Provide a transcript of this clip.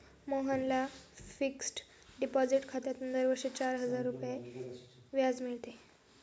मोहनला fixed deposit खात्यातून दरवर्षी चार हजार रुपये व्याज मिळते